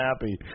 happy